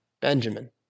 Benjamin